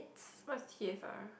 what's T_S_R